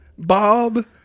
Bob